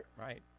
Right